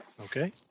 okay